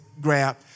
grab